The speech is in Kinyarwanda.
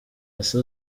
ese